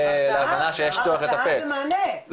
להבנה שיש צורך לטפל,